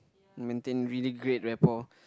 maintain really great rapport